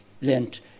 lent